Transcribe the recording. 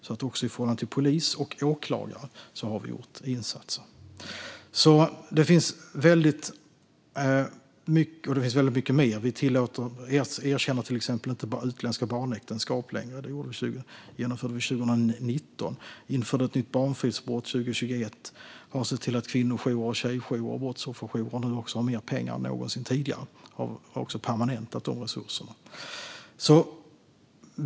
Även i förhållande till polis och åklagare har vi alltså gjort insatser. Det finns mer. Från 2019 erkänner vi inte längre utländska barnäktenskap, och vi införde ett nytt barnfridsbrott 2021. Vi har även sett till att kvinnojourer, tjejjourer och brottsofferjourer har mer pengar än någonsin tidigare, och vi har också permanentat dessa resurser.